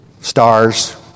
stars